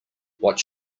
what